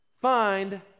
find